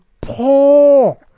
poor